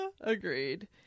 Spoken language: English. Agreed